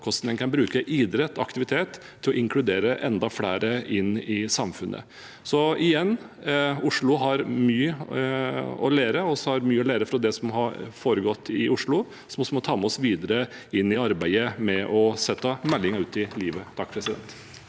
på hvordan en kan bruke idrett og aktivitet til å inkludere enda flere inn i samfunnet. Så igjen: Vi har mye å lære fra det som har foregått i Oslo, som vi må ta med oss videre inn i arbeidet med å sette meldingen ut i livet. Mudassar